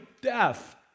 death